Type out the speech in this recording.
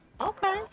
Okay